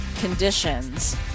conditions